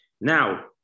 Now